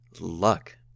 luck